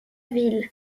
ville